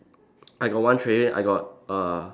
I got one tray I got err